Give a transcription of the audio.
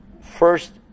first